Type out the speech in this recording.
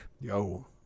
Yo